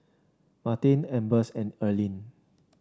Martin Ambers and Earlean